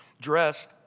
dressed